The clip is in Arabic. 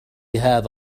هذا